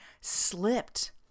slipped